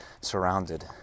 surrounded